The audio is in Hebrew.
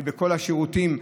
בכל השירותים,